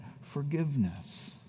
forgiveness